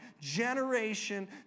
generation